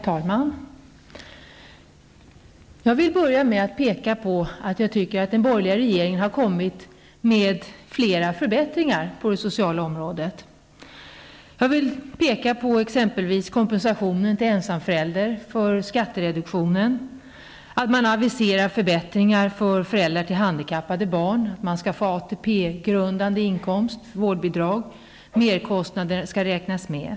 Herr talman! Jag vill börja med att peka på att jag tycker att den borgerliga regeringen har kommit med flera förslag till förbättringar på det sociala området. Det gäller exempelvis kompensationen till ensamförälder för skattereduktionen och aviserandet av förbättringar för föräldrar till handikappade barn -- de skall få ATP-grundande inkomst och vårdbidrag, och merkostnader skall räknas med.